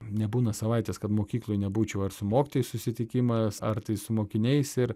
nebūna savaitės kad mokykloe nebūčiau ar su mokytojais susitikimas ar tai su mokiniais ir